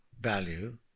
value